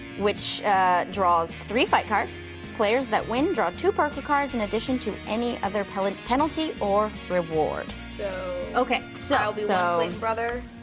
which draws three fight cards. players that win draw two poker cards in addition to any other penalty penalty or reward. so. okay, so. i'll so like be